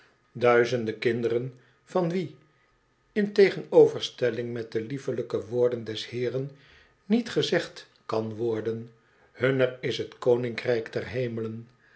kinderen van wie in tegenoverstelling met de liefelijke woorden des heeren niet gezegd kan worden hunner is het koninkrijk der hemelen